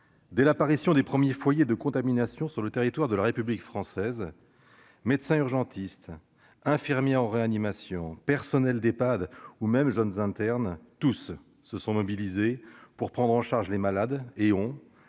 Dès l'apparition des premiers foyers de contamination sur le territoire de la République française, médecins urgentistes, infirmières en réanimation, personnels d'Ehpad ou même jeunes internes, tous se sont mobilisés pour prendre en charge les malades. À